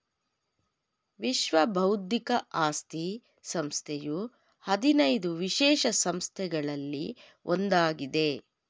ವಿಶ್ವ ಬೌದ್ಧಿಕ ಆಸ್ತಿ ಸಂಸ್ಥೆಯು ಹದಿನೈದು ವಿಶೇಷ ಸಂಸ್ಥೆಗಳಲ್ಲಿ ಒಂದಾಗಿದೆ